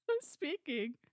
speaking